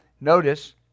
Notice